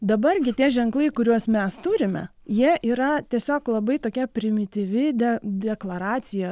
dabar gi tie ženklai kuriuos mes turime jie yra tiesiog labai tokia primityvi de deklaracija